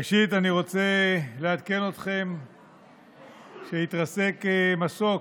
ראשית, אני רוצה לעדכן אתכם שהתרסק מסוק.